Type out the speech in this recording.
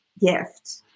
gift